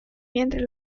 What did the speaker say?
mientras